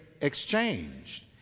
exchanged